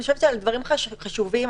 אני חושבת שהדברים חשובים,